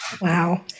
Wow